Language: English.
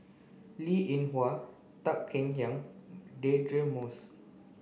Linn In Hua Tan Kek Hiang Deirdre Moss